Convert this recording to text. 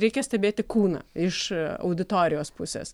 reikia stebėti kūną iš auditorijos pusės